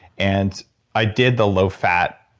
and i did the low-fat,